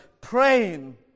praying